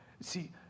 See